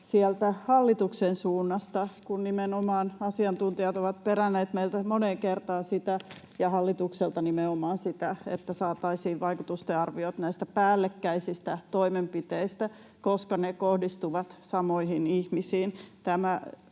kun asiantuntijat nimenomaan ovat peränneet meiltä moneen kertaan sitä, ja hallitukselta nimenomaan sitä, että saataisiin vaikutustenarviot näistä päällekkäisistä toimenpiteistä, koska ne kohdistuvat samoihin ihmisiin.